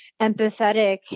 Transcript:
empathetic